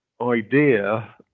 idea